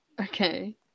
Okay